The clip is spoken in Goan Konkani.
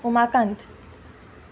उमाकांत